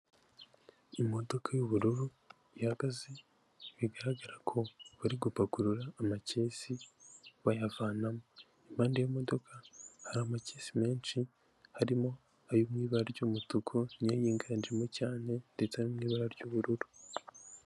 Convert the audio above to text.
Imodoka y'ubururu ihagaze bigaragara ko bari gupakurura amakesi bayavanamo, impande y'iyo modoka hari amakesi menshi harimo ayo mu ibara ry'umutuku yinganjemo cyane ndetse n'ibara ry'ubururu.